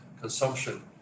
consumption